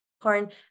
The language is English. corn